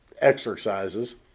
exercises